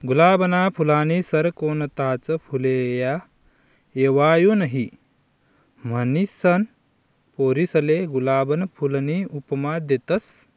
गुलाबना फूलनी सर कोणताच फुलले येवाऊ नहीं, म्हनीसन पोरीसले गुलाबना फूलनी उपमा देतस